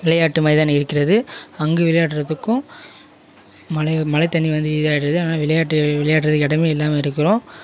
விளையாட்டு மைதானம் இருக்கிறது அங்கு விளையாடுறதுக்கும் மழை மழைத்தண்ணி வந்து இதாகிடுது அதனால் விளையாட்டு விளையாடுறது இடமே இல்லாமல் இருக்கிறோம்